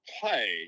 play